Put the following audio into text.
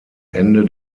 ende